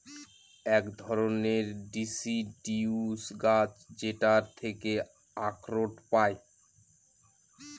এক ধরনের ডিসিডিউস গাছ যেটার থেকে আখরোট পায়